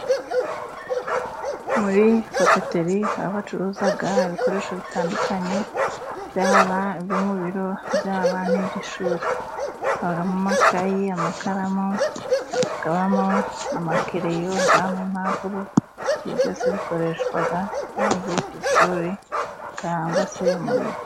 Muri papeteri, aho bacuruza ibikoresho bitandukanye, byaba ibyo mu biro, byaba n'iby'ishuri, habamo amakayi, amakaramu, hakabamo amakereyo, hakabamo impapuro, byose bikoreshwa n'abagiye ku ishuri cyangwa se mu biro.